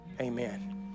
Amen